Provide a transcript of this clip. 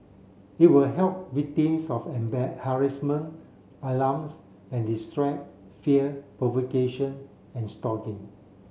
it will help victims of harassment alarms and distress fear provocation and stalking